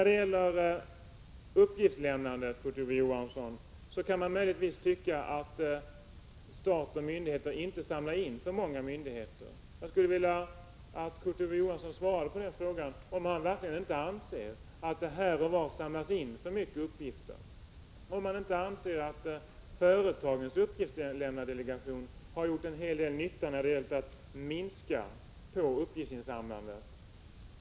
Beträffande uppgiftslämnandet kan man, Kurt Ove Johansson, möjligtvis tycka att stat och myndigheter inte får samla inte för många uppgifter. Jag skulle vilja veta om Kurt Ove Johansson verkligen inte anser att det här och var samlas in för mycket uppgifter och om han inte anser att företagens delegation för uppgiftslämnande gjort en hel del nytta när det gällt att minska uppgiftsinsamlandet.